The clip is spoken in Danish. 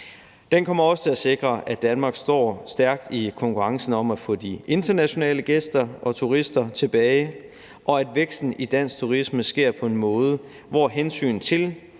Den kommer også til at sikre, at Danmark står stærkt i konkurrencen om at få de internationale gæster og turister tilbage; at væksten i dansk turisme sker på en måde, hvor hensyn til